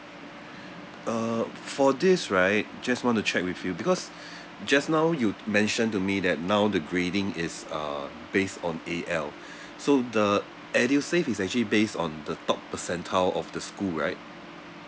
uh for this right just want to check with you because just now you mentioned to me that now the grading is uh based on A_L so the edusave is actually based on the top percentile of the school right